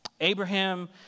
Abraham